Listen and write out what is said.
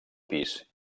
pis